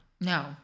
No